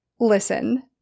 Listen